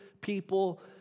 people